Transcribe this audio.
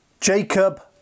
Jacob